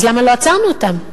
אז למה לא עצרנו אותם?